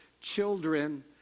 children